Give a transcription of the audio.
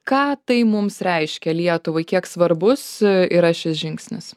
ką tai mums reiškia lietuvai kiek svarbus yra šis žingsnis